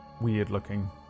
weird-looking